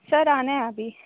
sir ਆਉਣਾ ਹੈ ਅਭੀ